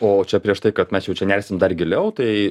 o čia prieš tai kad mes jau čia nersim dar giliau tai